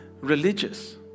religious